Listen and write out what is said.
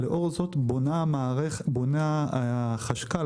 בונה החשכ"ל,